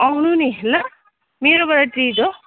आउनु नि ल मेरोबाट ट्रिट हो